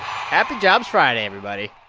happy jobs friday, everybody.